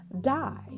die